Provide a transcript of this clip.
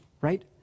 right